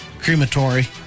crematory